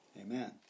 Amen